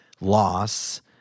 loss